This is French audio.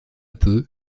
peu